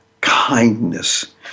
kindness